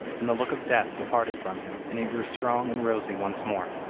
and the look of death departed from him, and he grew strong and rosy once more.